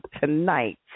tonight